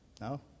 No